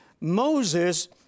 Moses